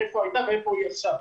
איפה היא הייתה ואיפה היא עכשיו,